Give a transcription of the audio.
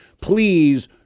Please